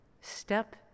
step